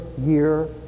year